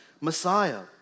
Messiah